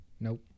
Nope